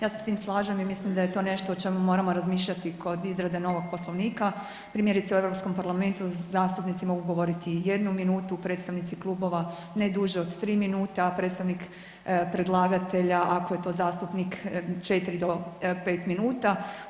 Ja se s tim slažem i mislim da je to nešto o čemu moramo razmišljati kod izrade novog Poslovnika, primjerice u Europskom parlamentu zastupnicima mogu govoriti jednu minutu, predstavnici klubova ne duže od 3 minute, a predstavnik predlagatelja ako je to zastupnik 4 do 5 minuta.